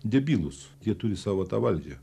debilus jie turi savo tą valdžią